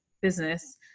business